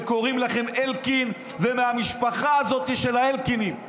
וקוראים לכם אלקין ומהמשפחה הזאת של האלקינים.